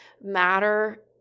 matter